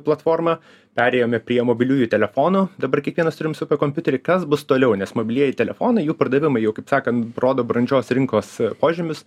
platformą perėjome prie mobiliųjų telefonų dabar kiekvienas turim superkompiuterį kas bus toliau nes mobilieji telefonai jų pardavimai jau kaip sakant rodo brandžios rinkos požymius